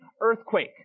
earthquake